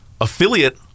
affiliate